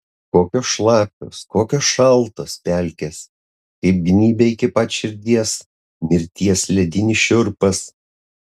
kokios šlapios kokios šaltos pelkės kaip gnybia iki pat širdies mirties ledinis šiurpas